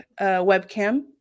webcam